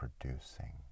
producing